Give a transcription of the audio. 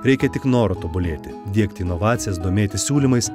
reikia tik noro tobulėti diegt inovacijas domėtis siūlymais